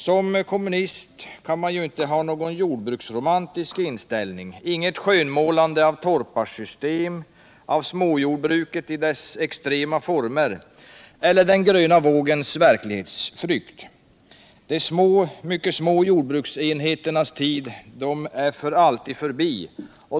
Som kommunist kan man inte ha någon jordbruksromantisk inställning, man kan inte hänge sig åt skönmålande av torparsystem och av småjordbruket i dess extrema former, och man kan inte heller delta i den gröna vågens verklighetsflykt. De mycket små jordbruksenheternas tid är för alltid förbi.